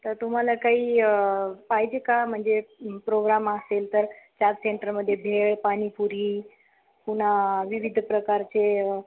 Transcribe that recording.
तर तुम्हाला काही पाहिजे का म्हणजे प्रोग्राम असेल तर चार सेंटरमध्ये भेळ पाणीपुरी पुन्हा विविध प्रकारचे